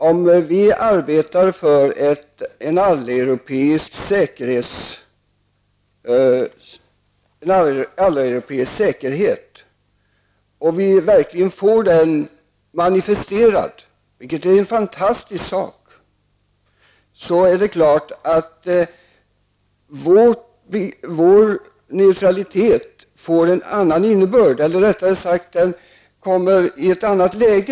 Om vi arbetar för och verkligen får en alleuropeisk säkerhet manifesterad, vilket vore en fantastisk sak, då är det klart att vår neutralitet får en annan innebörd eller -- rättare sagt -- kommer i ett annat läge.